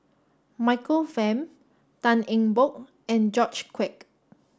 Michael Fam Tan Eng Bock and George Quek